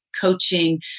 coaching